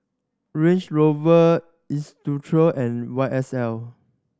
Range Rover and Y S L